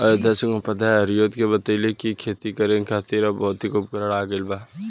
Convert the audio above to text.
अयोध्या सिंह उपाध्याय हरिऔध के बतइले कि खेती करे खातिर अब भौतिक उपकरण आ गइल बा